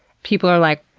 people are like